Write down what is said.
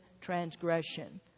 transgression